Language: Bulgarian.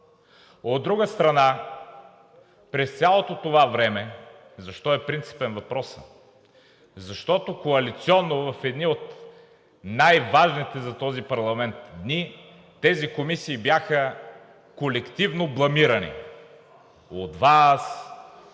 От друга страна, защо е принципен въпросът? Защото коалиционно в едни от най-важните за този парламент дни, тези комисии бяха колективно бламирани – от Вас,